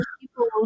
People